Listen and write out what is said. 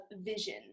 vision